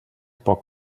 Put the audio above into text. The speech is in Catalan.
poc